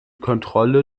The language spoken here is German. kontrolle